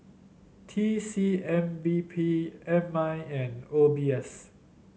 T C M B P M I and O B S